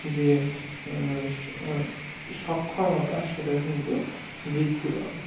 যে সক্ষমতা সেটা কিন্তু বৃদ্ধি পাবে